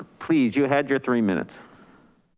please, you had your three minutes.